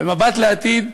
במבט לעתיד,